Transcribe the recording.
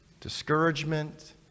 Discouragement